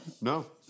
No